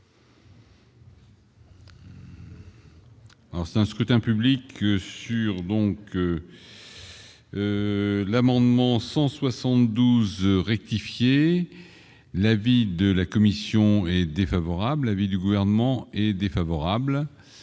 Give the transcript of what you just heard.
c'est un scrutin public sur donc. L'amendement 172 rectifier l'avis de la commission est défavorable à vie du gouvernement est défavorable,